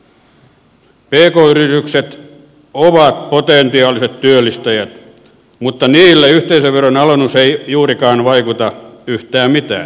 pk yritykset ovat potentiaalisia työllistäjiä mutta niille yhteisöveron alennus ei juurikaan vaikuta yhtään mitään